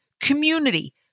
community